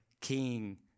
King